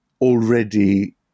already